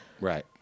right